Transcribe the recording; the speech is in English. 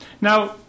Now